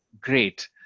great